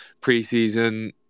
pre-season